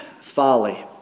folly